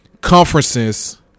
conferences